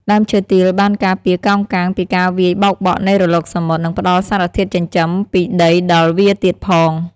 ដើមឈើទាលបានការពារកោងកាងពីការវាយបោកបក់នៃរលកសមុទ្រ និងផ្តល់សារធាតុចិញ្ចឹមពីដីដល់វាទៀតផង។